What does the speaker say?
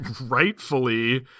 rightfully